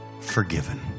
Forgiven